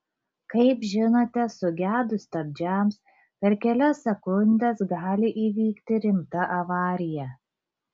kaip žinote sugedus stabdžiams per kelias sekundes gali įvykti rimta avarija